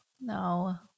No